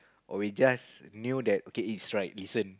or we just knew that okay it's right listen